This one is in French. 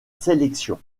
sélection